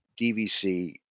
DVC